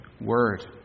word